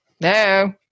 no